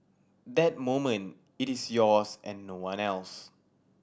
that moment it is yours and no one else